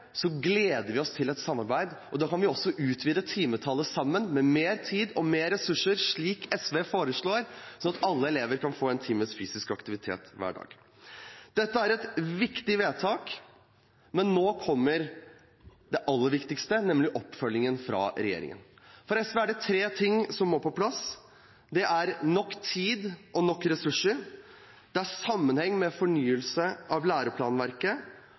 gleder vi oss til et samarbeid, og da kan vi også utvide timetallet sammen, med mer tid og mer ressurser, slik SV foreslår, sånn at alle elever kan få en times fysisk aktivitet hver dag. Dette er et viktig vedtak, men nå kommer det aller viktigste, nemlig oppfølgingen fra regjeringen. For SV er det tre